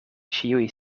ĉiuj